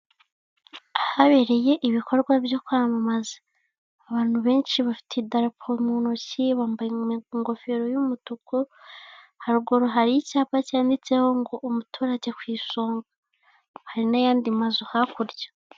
Ahabereye ibikorwa byo kwamamaza. Abantu benshi bafite darapo mu ntoki, bambaye ingofero y'umutuku, haruguru hari icyapa cyanditseho ngo umuturage ku isonga. Hari n'ayandi mazu hakurya.